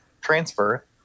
transfer